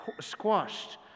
squashed